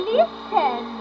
Listen